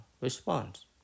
response